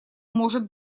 может